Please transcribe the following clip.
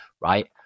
right